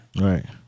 Right